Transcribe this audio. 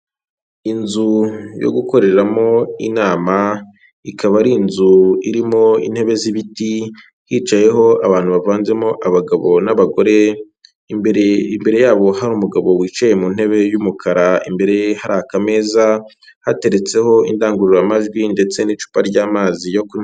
Inzu yo gukoreramo inama ikaba ari inzu irimo intebe z'ibiti, hicayeho abantu bavanzemo abagabo n'abagore, imbere yabo hari umugabo wicaye mu ntebe y'umukara imbere ye hari akameza, hateretseho indangururamajwi ndetse n'icupa ry'amazi yo kunywa.